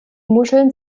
muscheln